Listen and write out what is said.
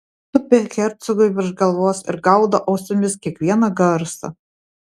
tupi hercogui virš galvos ir gaudo ausimis kiekvieną garsą